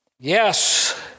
Yes